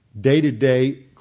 day-to-day